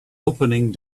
opening